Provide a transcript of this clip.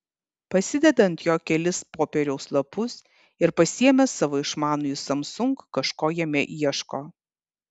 pasideda ant jo kelis popieriaus lapus ir pasiėmęs savo išmanųjį samsung kažko jame ieško